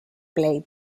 plate